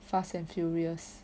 fast and furious